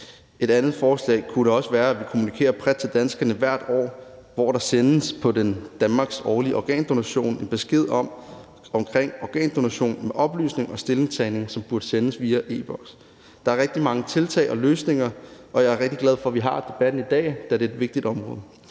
Et andet forslag kunne også være at kommunikere bredt til danskerne hvert år, hvor der på Danmarks årlige organdonationsdag sendes besked om organdonation med oplysning og stillingtagen, og det burde sendes via e-Boks. Der er rigtig mange tiltag og løsninger, og jeg er rigtig glad for, at vi har debatten i dag, da det er et vigtigt område.